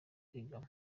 kwigamo